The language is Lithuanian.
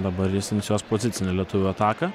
dabar jis inicijuos pozicinę lietuvių ataką